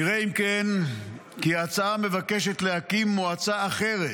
נראה אם כן כי ההצעה מבקשת להקים מועצה אחרת,